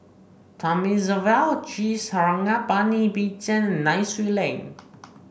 Thamizhavel G Sarangapani Bill Chen Nai Swee Leng